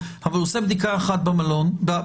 אבל הוא עושה בדיקה אחת בנתב"ג,